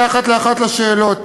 אענה אחת לאחת על השאלות.